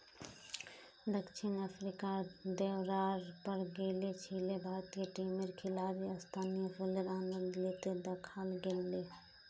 दक्षिण अफ्रीकार दौरार पर गेल छिले भारतीय टीमेर खिलाड़ी स्थानीय फलेर आनंद ले त दखाल गेले